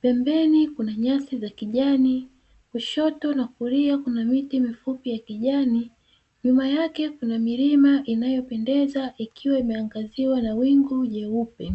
Pembeni kuna nyasi za kijani, kushoto na kulia kuna miti mifupi ya kijani, nyuma yake kuna milima inayopendeza ikiwa imeangaziwa na wingu jeupe.